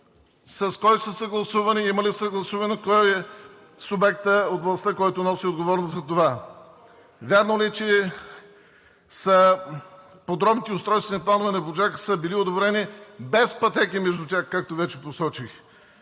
С кого са съгласувани, има ли съгласуване? Кой е субектът от властта, който носи отговорност за това? Вярно ли е, че подробните устройствени планове на „Буджака“ са били одобрени без пътеки между тях, както вече посочих?